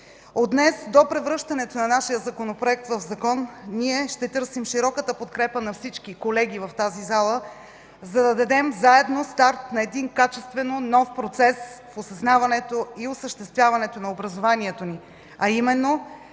От днес до превръщането на нашия Законопроект в закон ние ще търсим широката подкрепа на всички колеги в залата, за да дадем заедно старт на качествено нов процес в осъзнаването и осъществяването на образованието ни, а именно